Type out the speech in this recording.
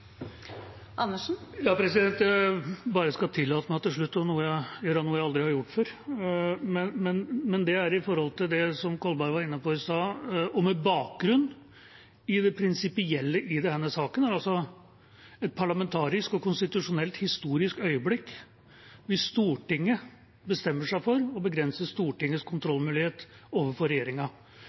Jeg skal til slutt tillate meg å gjøre noe jeg aldri har gjort før. Det gjelder det som Kolberg var inne på i sted, og med bakgrunn i det prinsipielle i denne saken. Det er altså et parlamentarisk og konstitusjonelt historisk øyeblikk hvis Stortinget bestemmer seg for å begrense Stortingets kontrollmulighet overfor regjeringa.